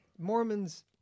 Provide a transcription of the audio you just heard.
Mormons